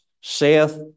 saith